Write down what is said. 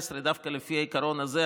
דווקא לפי העיקרון הזה,